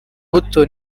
buto